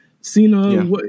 Cena